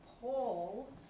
Paul